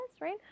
right